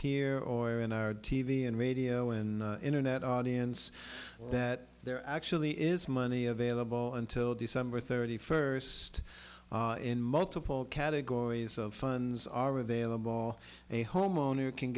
here or in our t v and radio in internet audience that there actually is money available until december thirty first in multiple categories of funds are available a homeowner can